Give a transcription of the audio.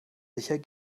sicher